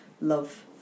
love